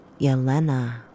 Yelena